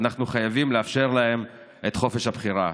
אנחנו חייבים לאפשר להן את חופש הבחירה.